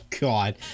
God